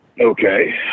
okay